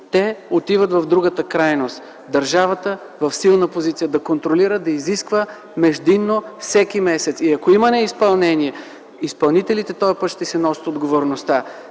Те отиват в другата крайност – държавата в силна позиция да контролира, да изисква междинно всеки месец, и ако има неизпълнение, този път изпълнителите ще си носят отговорността.